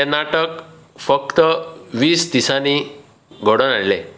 ते नाटक फक्त वीस दिसानीं घडोवन हाडले